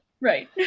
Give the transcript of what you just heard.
Right